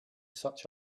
such